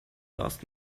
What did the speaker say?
last